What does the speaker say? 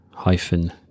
hyphen